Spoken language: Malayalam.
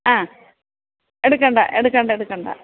ആ എടുക്കണ്ട എടുക്കണ്ട എടുക്കണ്ട